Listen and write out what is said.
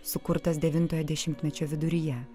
sukurtas devintojo dešimtmečio viduryje